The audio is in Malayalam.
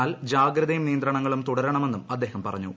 എന്നാൽ ജാഗ്രതയും നിയന്ത്രണങ്ങളും തുടരണമെന്നും അദ്ദേഹം പറഞ്ഞു